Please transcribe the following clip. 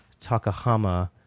Takahama